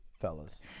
Fellas